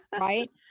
right